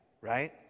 right